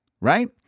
Right